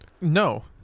No